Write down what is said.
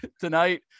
tonight